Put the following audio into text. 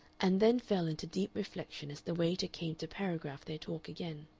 and then fell into deep reflection as the waiter came to paragraph their talk again.